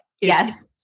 Yes